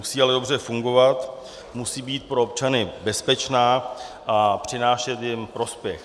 Musí ale dobře fungovat, musí být pro občany bezpečná a přinášet jim prospěch.